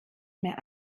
mehr